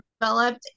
...developed